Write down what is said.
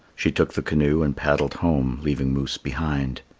she took the canoe and paddled home, leaving moose behind.